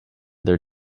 their